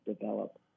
develop